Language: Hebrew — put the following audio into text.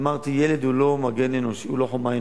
אמרתי: ילד הוא לא חומר אנושי,